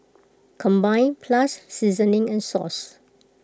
combined plus seasoning and sauce